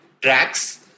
tracks